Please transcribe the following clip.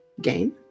game